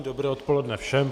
Dobré odpoledne všem.